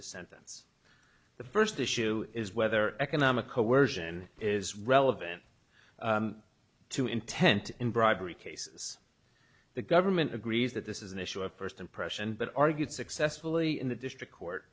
the sentence the first issue is whether economic coercion is relevant to intent in bribery cases the government agrees that this is an issue of first impression but argued successfully in the district court